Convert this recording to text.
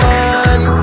one